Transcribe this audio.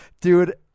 Dude